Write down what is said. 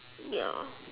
ya